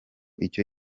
icyo